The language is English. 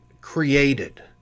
created